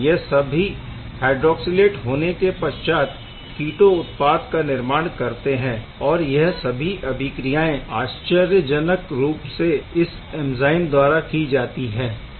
यह सभी हायड्रॉक्सिलेट होने के पश्चात कीटोन उत्पाद का निर्माण करेंगे और यह सभी अभिक्रियाएं आश्चर्यजनक रूप से इस ऐंज़ाइम द्वारा की जाती है